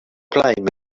blame